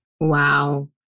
Wow